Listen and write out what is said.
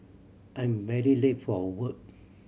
I'm very late for work